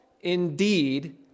indeed